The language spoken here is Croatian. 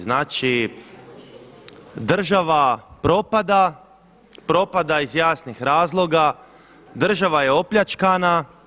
Znači, država propada, propada iz jasnih razloga, država je opljačkana.